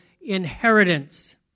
inheritance